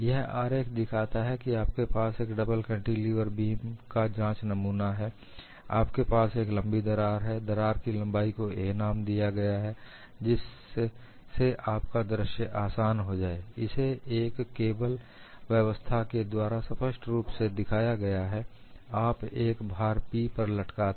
यह आरेख दिखाता है कि आपके पास एक डबल कैंटीलेवर बीम का जाँच नमूना है आपके पास एक लंबी दरार है दरार की लंबाई को 'a' नाम दिया गया है जिससे आप का दृश्य आसान हो जाए इसे एक केबल व्यवस्था के द्वारा स्पष्ट रूप से दिखाया गया है आप एक भार 'P' इस पर लटकाते हैं